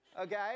okay